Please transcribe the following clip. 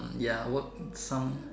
hmm ya what sound